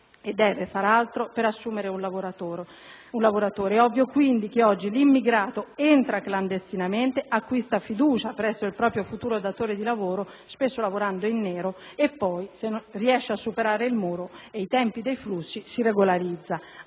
e deve fare, altro. È ovvio, quindi, che oggi l'immigrato entri clandestinamente, acquisti fiducia presso il proprio futuro datore di lavoro spesso lavorando in nero e poi, ove riesca a superare il muro e i tempi dei flussi, si regolarizzi.